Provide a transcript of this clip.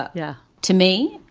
ah yeah to me,